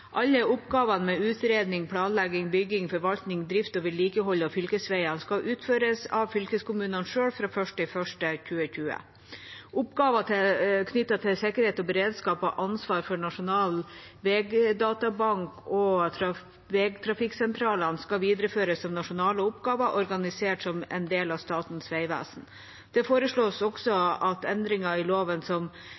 Alle oppgavene med utredning, planlegging, bygging, forvaltning, drift og vedlikehold av fylkesveiene skal utføres av fylkeskommunene selv fra 1. januar 2020. Oppgavene knyttet til sikkerhet og beredskap og ansvar for Nasjonal vegdatabank og vegtrafikksentralene skal videreføres som nasjonale oppgaver organisert som en del av Statens vegvesen. Det foreslås også